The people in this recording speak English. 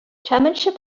chairmanship